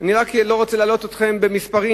אני רק לא רוצה להלאות אתכם במספרים.